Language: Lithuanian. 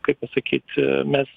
kaip pasakyt mes